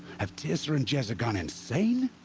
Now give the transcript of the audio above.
have teersa and jezza gone insane?